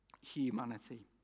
humanity